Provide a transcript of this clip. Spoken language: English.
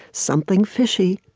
something fishy